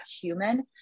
human